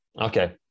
Okay